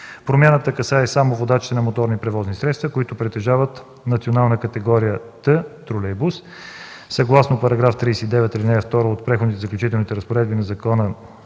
Промяната касае само водачите на моторни превозни средства, които притежават национална категория „Т” - „тролейбус”. Съгласно § 39, ал. 2 от Преходните и заключителните разпоредби на Закона